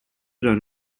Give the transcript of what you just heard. run